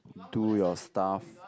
do your stuff